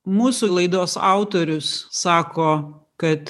mūsų laidos autorius sako kad